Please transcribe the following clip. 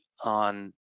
on